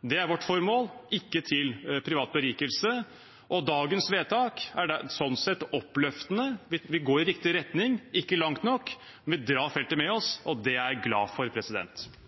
og ikke til privat berikelse. Det er vårt formål. Dagens vedtak er sånn sett oppløftende. Vi går i riktig retning, ikke langt nok, men vi drar feltet med